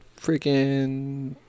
freaking